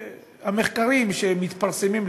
המחקרים שמתפרסמים,